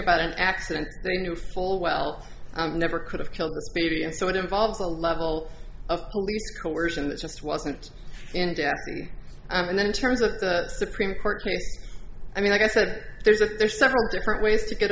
about an accident they knew full well never could have killed this baby and so it involves a level of coercion that just wasn't in it and then in terms of the supreme court case i mean like i said there's a there's several different ways to get